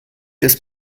ist